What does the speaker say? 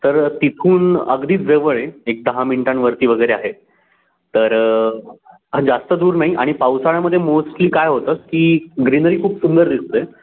तर तिथून अगदीच जवळ आहे एक दहा मिनटांवरती वगैरे आहे तर हां जास्त दूर नाही आणि पावसाळ्यामध्ये मोस्टली काय होतं की ग्रीनरी खूप सुंदर दिसते आहे